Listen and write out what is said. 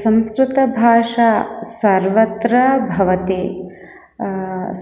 संस्कृतभाषा सर्वत्र भवति